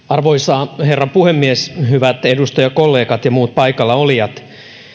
arvoisa herra puhemies hyvät edustajakollegat ja muut paikalla olijat